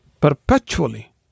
perpetually